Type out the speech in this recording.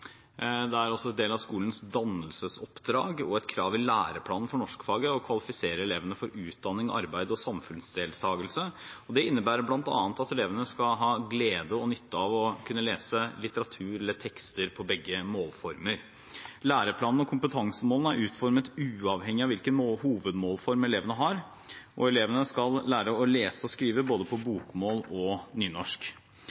Det er også en del av skolens dannelsesoppdrag og et krav i læreplanen for norskfaget å kvalifisere elevene for utdanning, arbeid og samfunnsdeltakelse. Det innebærer bl.a. at elevene skal ha glede og nytte av å kunne lese tekster på begge målformer. Læreplanen og kompetansemålene er utformet uavhengig av hvilken hovedmålform elevene har, og elevene skal lære å lese og skrive på både